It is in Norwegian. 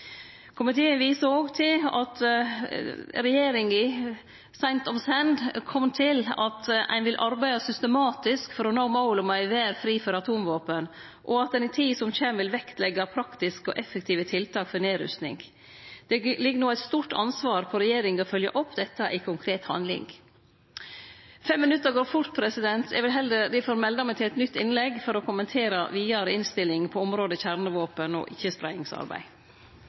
Komiteen viser også til at regjeringa seint om senn kom til at ein vil arbeide systematisk for å nå målet om ei verd fri for atomvåpen, og at ein i tida som kjem, vil leggje vekt på praktiske og effektive tiltak for nedrusting. Det ligg no eit stort ansvar på regjeringa for å følgje opp dette i konkret handling. Fem minuttar går fort, eg vil difor melde meg til eit nytt innlegg for å kommentere vidare innstillinga på området kjernevåpen og ikkjespreiingsarbeid.